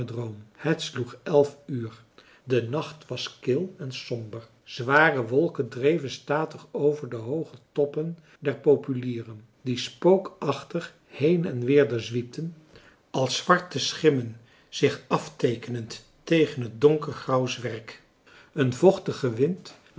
het sloeg elf uur de nacht was kil en somber zware wolken dreven statig over de hooge toppen der populieren die spookachtig heen en weder zwiepten als zwarte schimmen zich afteekenend tegen het donker grauw zwerk een vochtige wind